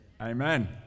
Amen